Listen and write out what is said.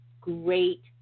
great